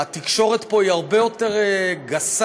התקשורת פה היא הרבה יותר גסה,